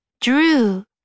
drew